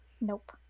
Nope